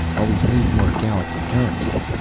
always need more galaxy currency.